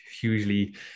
hugely